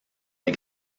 les